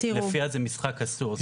שלפיו זה משחק אסור.